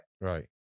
Right